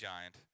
giant